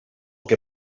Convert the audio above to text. que